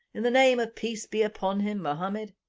in the name of peace be upon him mohammed?